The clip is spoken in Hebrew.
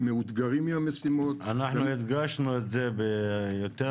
מאותגרים מהמשימות -- אנחנו הדגשנו את זה ביותר